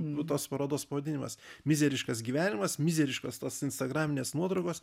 nu tos parodos pavadinimas mizeriškas gyvenimas mizeriškos tos instagraminės nuotraukos